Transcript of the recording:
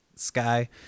sky